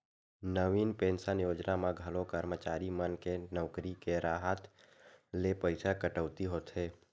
नवीन pension योजना म घलो करमचारी मन के नउकरी के राहत ले पइसा कटउती होथे